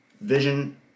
Vision